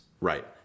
Right